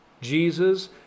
Jesus